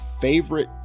favorite